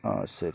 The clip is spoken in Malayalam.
ഹാ ശരി